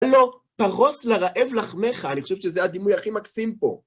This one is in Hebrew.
הלא, פרוס לרעב לחמך, אני חושב שזה הדימוי הכי מקסים פה.